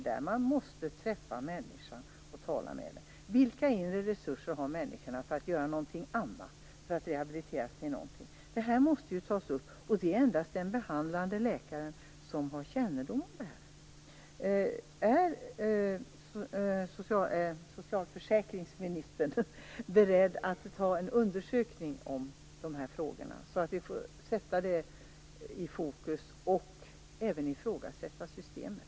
Den som skall bedöma en människa måste träffa och tala med personen i fråga för att kunna avgöra vilka inre resurser för att göra något annat och för att rehabiliteras till något denna person har. Detta måste tas upp. Och det är endast den behandlande läkaren som har kännedom om detta. Är socialförsäkringsministern beredd att undersöka dessa frågor, så att vi kan sätta dem i fokus och även ifrågasätta systemet?